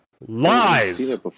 lies